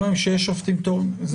יש שופטים תורנים.